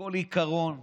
כל עיקרון,